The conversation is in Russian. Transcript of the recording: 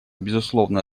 безусловную